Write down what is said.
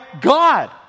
God